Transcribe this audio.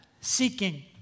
seeking